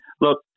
Look